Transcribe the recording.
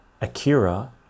Akira